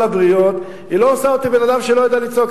הבריות לא עושה אותי בן-אדם שלא יודע לצעוק.